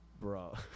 Bro